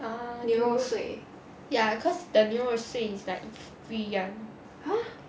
ah 牛肉碎 ya cause the 牛肉碎 is like free [one]